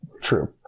true